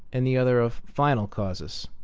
and the other of final causes,